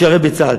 ישרת בצה"ל.